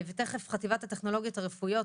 תכף חטיבת הטכנולוגיות הרפואיות,